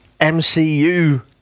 MCU